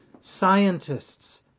scientists